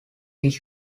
his